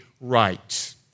right